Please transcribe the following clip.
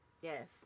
Yes